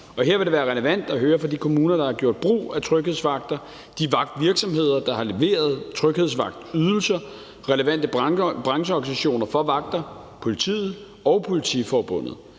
her vil det være relevant at høre fra de kommuner, der har gjort brug af tryghedsvagter, de vagtvirksomheder, der har leveret tryghedsvagtydelser, relevante brancheorganisationer for vagter, politiet og Politiforbundet.